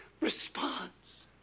response